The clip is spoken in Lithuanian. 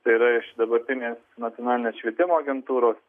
tai yra iš dabartinės nacionalinės švietimo agentūros